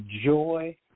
joy